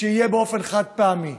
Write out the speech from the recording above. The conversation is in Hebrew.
שיהיה חד-פעמי,